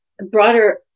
broader